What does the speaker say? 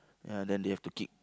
ya then they have to kick